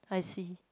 I see